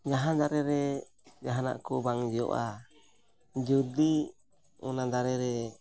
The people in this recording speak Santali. ᱡᱟᱦᱟᱸ ᱫᱟᱨᱮ ᱨᱮ ᱡᱟᱦᱟᱱᱟᱜ ᱠᱚ ᱵᱟᱝ ᱡᱚᱜᱼᱟ ᱡᱩᱫᱤ ᱚᱱᱟ ᱫᱟᱨᱮ ᱨᱮ